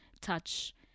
Touch